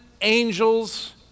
angels